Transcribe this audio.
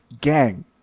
Gang